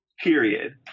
Period